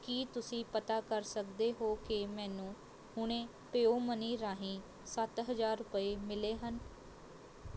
ਕੀ ਤੁਸੀਂਂ ਪਤਾ ਕਰ ਸਕਦੇ ਹੋ ਕਿ ਮੈਨੂੰ ਹੁਣੇ ਪੇਉਮਨੀ ਰਾਹੀਂ ਸੱਤ ਹਜ਼ਾਰ ਰੁਪਏ ਮਿਲੇ ਹਨ